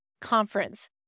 conference